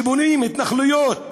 כשבונים התנחלויות